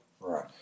Right